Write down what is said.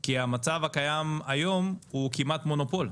כי המצב הקיים כיום הוא כמעט מונופול,